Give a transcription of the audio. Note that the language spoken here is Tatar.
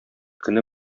көне